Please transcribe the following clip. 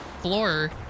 floor